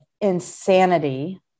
insanity